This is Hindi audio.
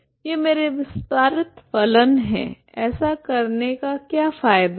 ये मेरे विस्तारित फलन हैं ऐसा करने का क्या फायदा है